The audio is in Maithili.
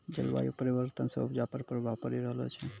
जलवायु परिवर्तन से उपजा पर प्रभाव पड़ी रहलो छै